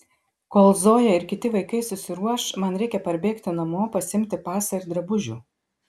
kol zoja ir kiti vaikai susiruoš man reikia parbėgti namo pasiimti pasą ir drabužių